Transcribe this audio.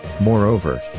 Moreover